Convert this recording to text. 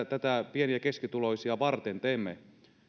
pieni ja keskituloisia varten teemme